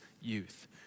youth